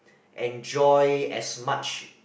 enjoy as much